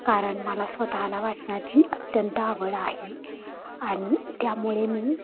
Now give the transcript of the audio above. कारण मला स्वतःला वाचनाची अत्यंत आवड आहे आणि त्यामुळे मी